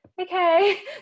okay